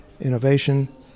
innovation